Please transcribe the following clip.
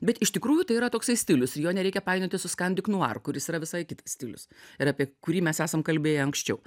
bet iš tikrųjų tai yra toksai stilius ir jo nereikia painioti su scandic noir kuris yra visai kitas stilius ir apie kurį mes esam kalbėję anksčiau